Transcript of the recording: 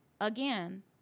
Again